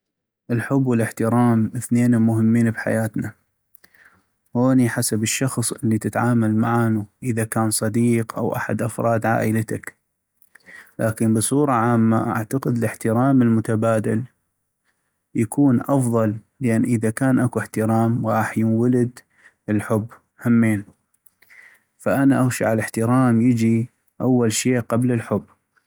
الحب والاحترام اثنينم مهمين بحياتنا ، هوني حسب الشخص اللي تتعامل معانو اذا كان صديق أو احد أفراد عائلتك ، لكن بصورة عامة اعتقد الاحترام المتبادل يكون أفضل لأن اذا كان اكو احترام غاح ينولد الحب همين فانا اغشع الاحترام يجي اول شي قبل الحب.